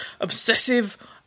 obsessive